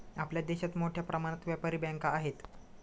आपल्या देशात मोठ्या प्रमाणात व्यापारी बँका आहेत